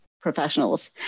professionals